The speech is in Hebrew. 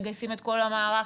מגייסים את כל המערך,